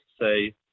say